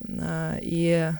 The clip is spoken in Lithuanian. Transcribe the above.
na į